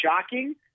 shocking